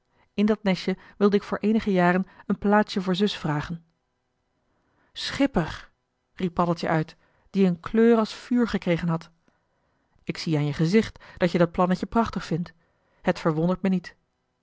in dat nestje wilde ik voor eenige jaren een plaatsje voor zus vragen schipper riep paddeltje uit die een kleur als vuur gekregen had ik zie aan je gezicht dat je dat plannetje prachtig vindt het verwondert me niet